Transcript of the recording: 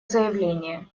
заявление